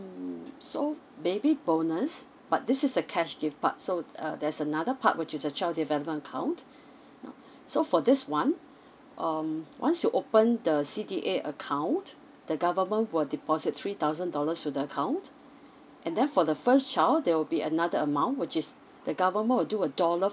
mm so baby bonus but this is the cash gift part so uh there's another part which is a child development account now so for this one um once you open the C_D_A account the government will deposit three thousand dollars to the account and then for the first child there will be another amount which is the government will do a dollar